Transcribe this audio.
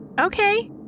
okay